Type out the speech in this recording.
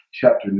chapter